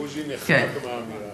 בוז'י נחנק מהאמירה הזאת.